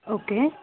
okay